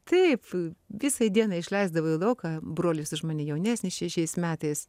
taip visai dienai išleisdavo į lauką brolis už mane jaunesnis šešiais metais